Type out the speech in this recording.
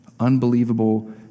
unbelievable